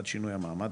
עד שינוי המעמד,